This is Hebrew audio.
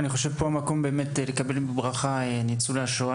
כאן המקום לקבל בברכה את ניצולי השואה